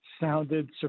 sounded